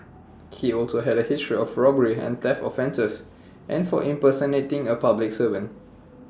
he also had A history of robbery and theft offences and for impersonating A public servant